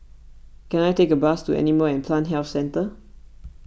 can I take a bus to Animal and Plant Health Centre